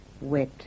wet